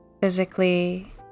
physically